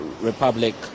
Republic